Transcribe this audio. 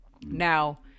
Now